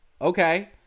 Okay